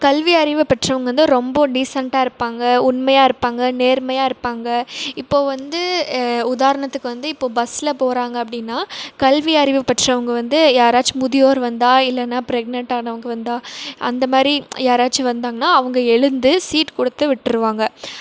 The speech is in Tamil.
கல்வி அறிவை பெற்றவங்க வந்து ரொம்ப டீசெண்டாக இருப்பாங்கள் உண்மையாக இருப்பாங்கள் நேர்மையாக இருப்பாங்கள் இப்போ வந்து உதாரணத்துக்கு வந்து இப்போ பஸில் போகிறாங்க அப்படினா கல்வி அறிவு பெற்றவங்கள் வந்து யாராச்சும் முதியோர் வந்தால் இல்லைனா ப்ரெக்னன்ட் ஆனவங்க வந்தால் அந்த மாதிரி யாராச்சும் வந்தாங்கன்னால் அவங்க எழுந்து சீட் கொடுத்து விட்டுருவாங்க